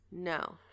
No